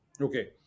Okay